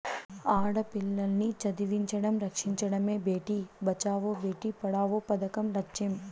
ఆడపిల్లల్ని చదివించడం, రక్షించడమే భేటీ బచావో బేటీ పడావో పదకం లచ్చెం